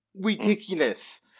Ridiculous